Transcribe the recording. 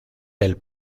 del